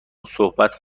صحبت